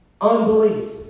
unbelief